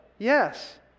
Yes